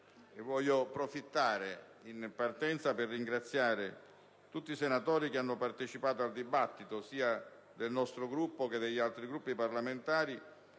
approfittare dell'occasione per ringraziare tutti i senatori che hanno partecipato al dibattito, sia del nostro Gruppo che degli altri Gruppi parlamentari,